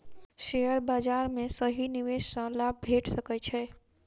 share बाजार में सही निवेश सॅ लाभ भेट सकै छै